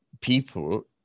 people